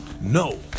no